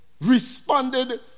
responded